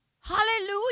Hallelujah